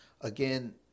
again